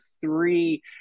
three